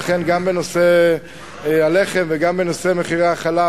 לכן גם בנושא הלחם וגם בנושא מחירי החלב